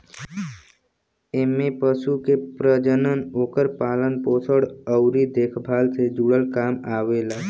एमे पशु के प्रजनन, ओकर पालन पोषण अउरी देखभाल से जुड़ल काम आवेला